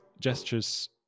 gestures